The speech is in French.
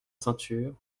ceinture